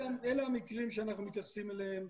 אלה המקרים שאנחנו מתייחסים אליהם.